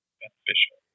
beneficial